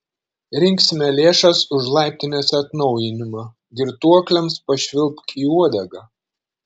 rinksime lėšas už laiptinės atnaujinimą girtuokliams pašvilpk į uodegą